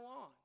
on